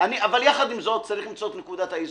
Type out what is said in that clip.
אבל יחד עם זאת, צריך למצוא את נקודת האיזון.